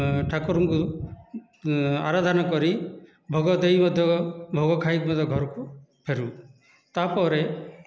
ଠାକୁରଙ୍କୁ ଆରାଧନା କରି ଭୋଗ ଦେଇ ମଧ୍ୟ ଭୋଗ ଖାଇକି ମଧ୍ୟ ଘରକୁ ଫେରୁ ତା'ପରେ